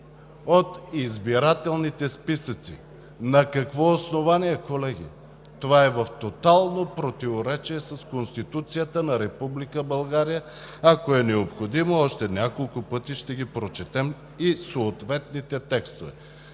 от избирателните списъци“. На какво основание, колеги? Това е в тотално противоречие с Конституцията на Република България. Ако е необходимо, още няколко пъти ще ги прочетем и съответните текстове.